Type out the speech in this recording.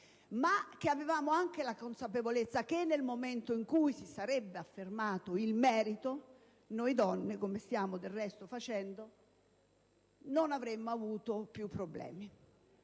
ed avevamo la consapevolezza che, nel momento in cui si sarebbe affermato il merito, noi donne - come stiamo del resto facendo - non avremmo avuto più problemi.